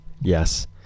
yes